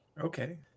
Okay